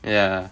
ya